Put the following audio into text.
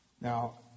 now